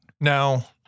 Now